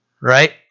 right